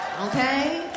Okay